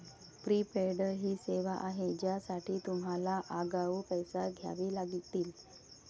prepaid ही सेवा आहे ज्यासाठी तुम्हाला आगाऊ पैसे द्यावे लागतील